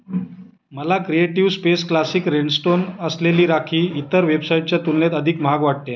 मला creative space classic rhinestone असलेली राखी इतर वेबसाईटच्या तुलनेत अधिक महाग वाटते